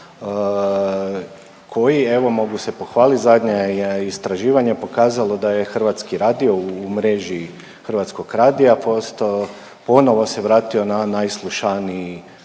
koji evo mogu se pohvalit, zadnje je istraživanje pokazalo da je Hrvatski radio u mreži Hrvatskog radija postao ponovo se vratio na najslušaniji